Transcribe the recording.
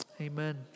amen